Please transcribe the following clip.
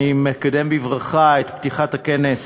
אני מקדם בברכה את פתיחת הכנס.